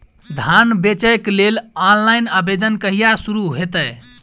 धान बेचै केँ लेल ऑनलाइन आवेदन कहिया शुरू हेतइ?